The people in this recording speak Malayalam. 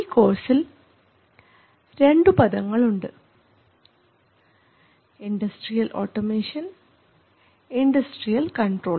ഈ കോഴ്സിൽ രണ്ടു പദങ്ങളുണ്ട് ഇൻഡസ്ട്രിയൽ ഓട്ടോമേഷൻ ഇൻഡസ്ട്രിയൽ കൺട്രോൾ